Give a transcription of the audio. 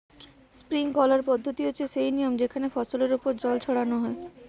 sprinkler পদ্ধতি হচ্ছে সেই নিয়ম যেখানে ফসলের ওপর জল ছড়ানো হয়